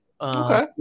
Okay